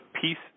peace